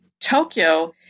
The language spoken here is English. Tokyo